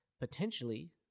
potentially